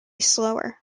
slower